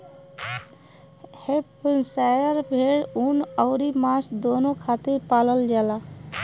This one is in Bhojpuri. हैम्पशायर भेड़ ऊन अउरी मांस दूनो खातिर पालल जाला